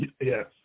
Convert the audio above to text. Yes